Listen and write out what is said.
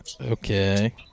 Okay